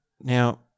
Now